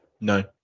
No